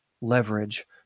leverage